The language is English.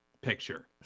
picture